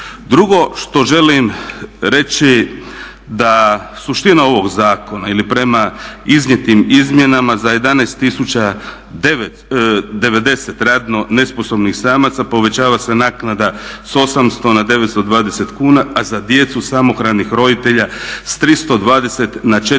Drugo što želim reći, da suština ovog zakona ili prema iznijetim izmjenama za 11090 radno nesposobnih samaca povećava se naknada s 800 na 920 kuna, a za djecu samohranih roditelja s 320 na 440